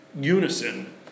unison